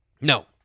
No